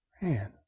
Man